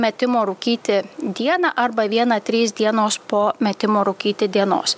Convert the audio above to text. metimo rūkyti dieną arba viena trys dienos po metimo rūkyti dienos